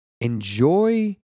enjoy